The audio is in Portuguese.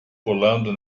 pulando